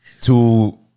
to-